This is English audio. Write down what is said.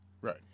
Right